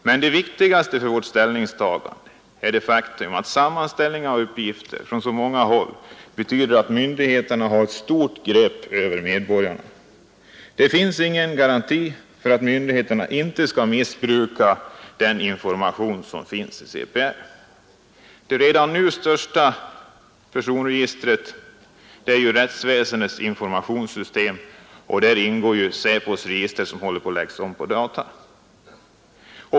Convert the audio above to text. Men det viktigaste för vårt ställningstagande är det faktum att sammanställning av uppgifter från så många håll betyder att myndigheterna får ett fast grepp över medborgarna. Det finns ingen garanti för att myndigheterna inte skall missbruka den information som finns i CPR. Det redan nu största personregistret är rättsväsendets informationssystem, och däri ingår ju SÄPO:s register, som håller på att läggas om på data.